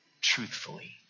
truthfully